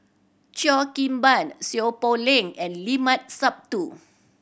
Cheo Kim Ban Seow Poh Leng and Limat Sabtu